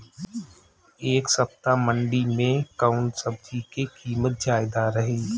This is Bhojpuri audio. एह सप्ताह मंडी में कउन सब्जी के कीमत ज्यादा रहे?